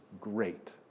great